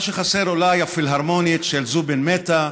מה שחסר זה אולי הפילהרמונית של זובין מהטה,